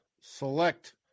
select